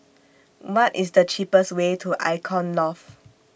What IS The cheapest Way to Icon Loft